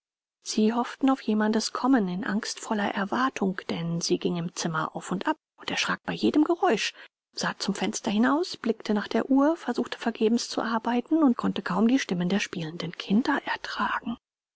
sie hoffte auf jemandes kommen in angstvoller erwartung denn sie ging im zimmer auf und ab erschrak bei jedem geräusch sah zum fenster hinaus blickte nach der uhr versuchte vergebens zu arbeiten und konnte kaum die stimmen der spielenden kinder ertragen